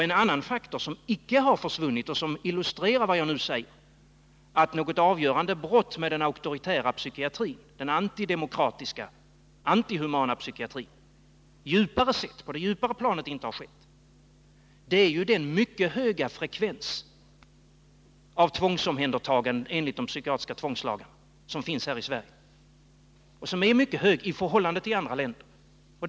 En annan faktor som icke har försvunnit och som illustrerar vad jag nu säger, nämligen att någon avgörande brytning med den auktoritära psykiatrin, den antidemokratiska, antihumana psykiatrin, på det djupare planet icke har skett. Det är ju en mycket hög frekvens av tvångsomhändertagande enligt de psykiatriska tvångslagarna som finns här i Sverige — mycket hög i förhållande till vad som förekommer i andra länder.